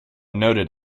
noted